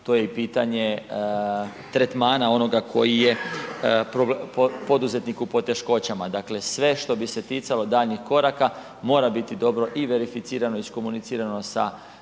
to je i pitanje tretmana onoga koji je poduzetnik u poteškoćama. Dakle sve što bi se ticalo daljnjih koraka mora biti dobro i verificirano, iskomunicirano sa instancama